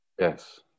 Yes